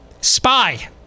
Spy